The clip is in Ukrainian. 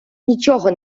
нічого